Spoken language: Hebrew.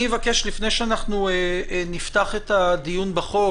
אני אבקש לפני שנפתח את הדיון בחוק,